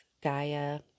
Gaia